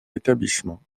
établissements